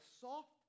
soft